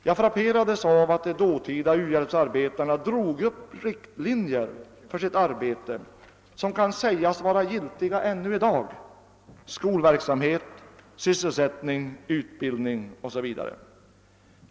Jag frapperades av att de dåtida uhjälpsarbetarna drog upp riktlinjer för sitt arbete som kan sägas vara giltiga ännu i dag: skolverksamhet, sysselsättning, utbildning osv.